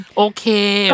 okay